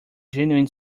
genuine